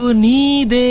ah need